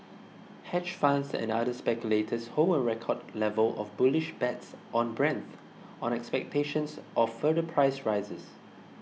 hedge funds and other speculators hold a record level of bullish bets on Brent on expectations of further price rises